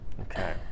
Okay